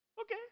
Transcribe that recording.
Okay